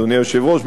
אדוני היושב-ראש.